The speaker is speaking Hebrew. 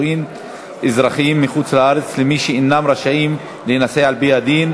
שוטרים למשרד מבקר המדינה וקביעת תקופת צינון),